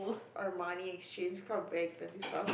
Armani Exchange this kind of very expensive stuff